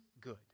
good